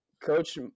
Coach